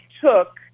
took